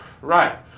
Right